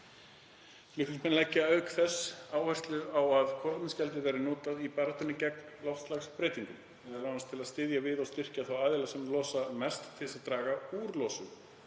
Flutningsmenn leggja auk þess áherslu á að kolefnisgjaldið verði notað í baráttunni gegn loftslagsbreytingum, m.a. til að styðja við og styrkja þá aðila sem losa mest til þess að draga úr losun.